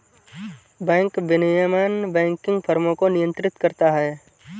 bank विनियमन banking फ़र्मों को नियंत्रित करता है